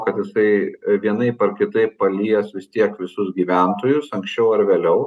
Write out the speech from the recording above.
kad jisai vienaip ar kitaip palies vis tiek visus gyventojus ankščiau ar vėliau